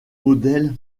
modèles